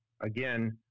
again